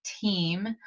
team